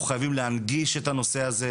אנחנו חייבים להנגיש את הנושא הזה.